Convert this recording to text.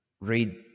read